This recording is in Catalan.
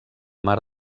mar